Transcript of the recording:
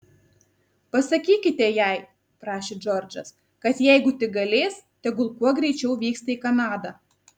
pasakykite jai prašė džordžas kad jeigu tik galės tegul kuo greičiau vyksta į kanadą